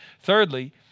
Thirdly